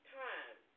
time